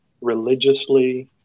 religiously